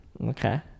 Okay